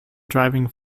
driving